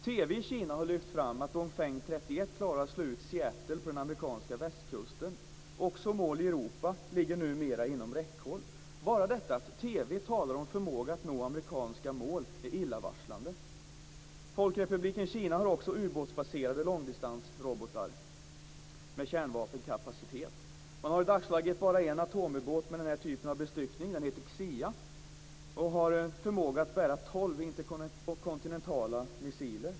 TV i Kina har lyft fram att Dongfeng 31 klarar att slå ut Seattle på den amerikanska västkusten och också mål i Europa ligger nu inom räckhåll. Bara detta att det i TV talas om förmågan att nå amerikanska mål är illavarslande. Folkrepubliken Kina har också ubåtsbaserade långdistansrobotar med kärnvapenkapacitet. Man har i dagsläget bara en atomubåt med denna typ av bestyckning. Den heter Xia och har en förmåga att bära tolv interkontinentala missiler.